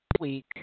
week